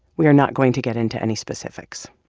we are not going to get into any specifics.